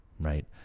right